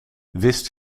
wist